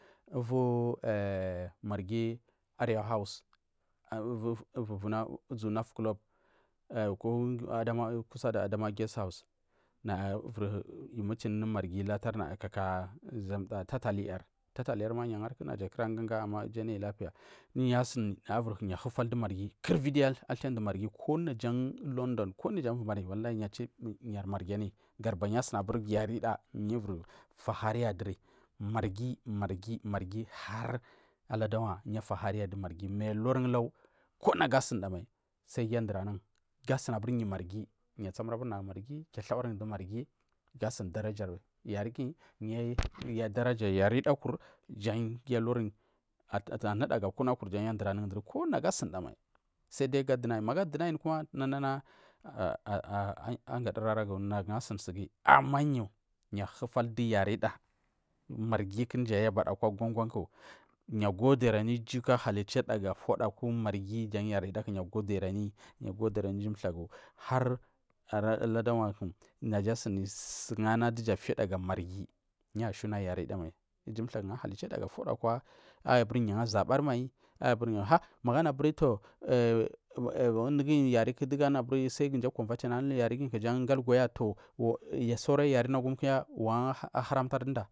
marghi arewa house uvu vuna marghi club kusada adam arwa guess house nava ivir yu metin anu marghi naya kaka gamda tatali tatalinma yu angari naja kura kuranga ku iju anayi lapiya yu ivin hufal du marghi kul ivi gul athai ndur marghi ko naja u london yu achu yar marghi amiyi gadubari yu asini aburi yarida yu fahariya nduri marghi, marghi har aladagwa yu atahariya du marghi ma yu ulargu ulagu ko nagu asunda mai sai giu adur anun gadubari nagu marghi kiu athawar du marghi ga asun daragari yari guyi ya darajari yaridakur jan giu ulargu jan ya adur anugu sai dai ga adunai magu adunai kuma nagu asuni angaduri aragu nagu asuni suguyu yu ahutal du yarida marghi ku dumyi ayabada kwa gongon yu agodiri anu ijuku athai ga foda aku marghi tsan yaridaku ya godiri anuyi iju thlagu har ahidungwa naja asini suku ana duja ga fida akwa marghi ya ushina yaridamai iju thlagu jan ahalichida ga fida akwa aiyi abinyu jan azabari mai ani buri har aburi toh yariku dugu a competin agari ku to sauwra yariku nagum kufa wagu a haramtan duda.